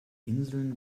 inseln